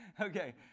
Okay